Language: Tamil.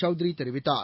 சௌத்ரிதெரிவித்தார்